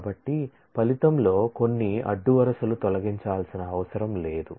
కాబట్టి ఫలితంలో కొన్ని అడ్డు వరుసలు తొలగించాల్సిన అవసరం లేదు